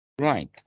Right